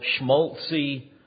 schmaltzy